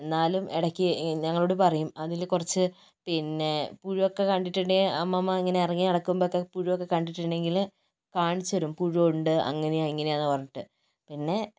എന്നാലും ഇടക്ക് ഞങ്ങളോട് പറയും അതില് കുറച്ച് പിന്നെ പുഴു ഒക്കെ കണ്ടിട്ടുണ്ടെങ്കിൽ അമ്മാമ ഇങ്ങനെ ഇറങ്ങി നടക്കുമ്പോളൊക്കെ പുഴു ഒക്കെ കണ്ടിട്ടുണ്ടെങ്കില് കാണിച്ച് തരും പുഴുവുണ്ട് അങ്ങനെയാ എങ്ങനെയാ എന്ന് പറഞ്ഞിട്ട് പിന്നെ